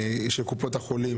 גם של קופות החולים,